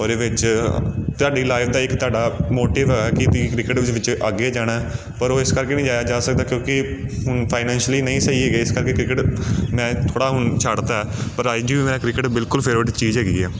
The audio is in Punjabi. ਉਹਦੇ ਵਿੱਚ ਤੁਹਾਡੀ ਲਾਈਫ ਦਾ ਇੱਕ ਤੁਹਾਡਾ ਮੋਟਿਵ ਆ ਕਿ ਤੁਸੀਂ ਕ੍ਰਿਕਟ ਦੇ ਵਿੱਚ ਅੱਗੇ ਜਾਣਾ ਪਰ ਉਹ ਇਸ ਕਰਕੇ ਨਹੀਂ ਜਾਇਆ ਜਾ ਸਕਦਾ ਕਿਉਂਕਿ ਫਾਈਨੈਂਸ਼ਲੀ ਨਹੀਂ ਸਹੀ ਹੈਗੇ ਇਸ ਕਰਕੇ ਕ੍ਰਿਕਟ ਮੈਂ ਥੋੜ੍ਹਾ ਹੁਣ ਛੱਡਤਾ ਪਰ ਅੱਜ ਵੀ ਮੈਂ ਕ੍ਰਿਕਟ ਬਿਲਕੁਲ ਫੇਵਰੇਟ ਚੀਜ਼ ਹੈਗੀ ਆ